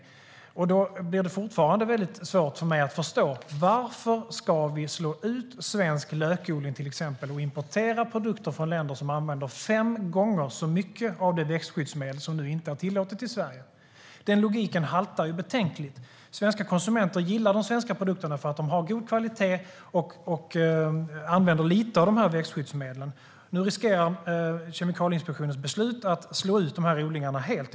Det blir fortfarande svårt för mig att förstå varför vi ska slå ut svensk lökodling, till exempel, och importera produkter från länder som använder fem gånger så mycket av det växtskyddsmedel som nu inte är tillåtet i Sverige. Den logiken haltar ju betänkligt. Svenska konsumenter gillar de svenska produkterna för att de har god kvalitet och för att man använder lite av de här växtskyddsmedlen. Nu riskerar Kemikalieinspektionens beslut att slå ut dessa odlingar helt.